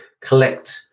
collect